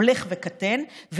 הולך וקטן,